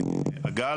הגלים